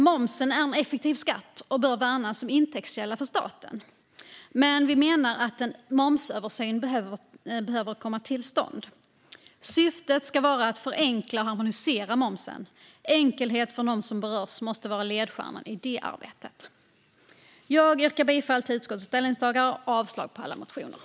Momsen är en effektiv skatt som bör värnas som intäktskälla för staten. Men Kristdemokraterna menar att en momsöversyn behöver komma till stånd. Syftet ska vara att förenkla och harmonisera momsen. Enkelhet för dem som berörs måste vara ledstjärnan i detta arbete. Jag yrkar bifall till utskottets förslag och avslag på alla reservationer.